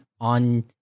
on